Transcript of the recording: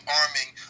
arming